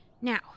Now